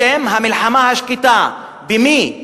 בשם המלחמה השקטה, במי?